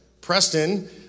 Preston